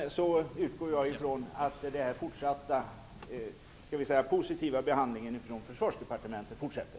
Jag utgår från att Försvarsdepartementets positiva behandling fortsätter.